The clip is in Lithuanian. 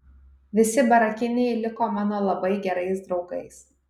visi barakiniai liko mano labai gerais draugais